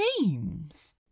names